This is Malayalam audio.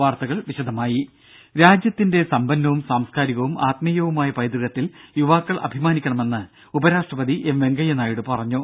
വാർത്തകൾ വിശദമായി രാജ്യത്തിന്റെ സമ്പന്നവും സാംസ്കാരികവും ആത്മീയവുമായ പൈതൃകത്തിൽ യുവാക്കൾ അഭിമാനിക്കണമെന്ന് ഉപരാഷ്ട്രപതി നായിഡു പറഞ്ഞു